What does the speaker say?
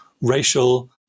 racial